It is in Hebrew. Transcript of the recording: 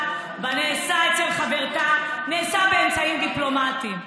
בנעשה אצל חברתה נעשה באמצעים דיפלומטיים,